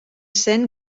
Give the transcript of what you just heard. zen